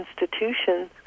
institutions